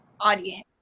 audience